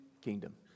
kingdom